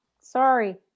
Sorry